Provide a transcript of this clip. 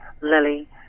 Lily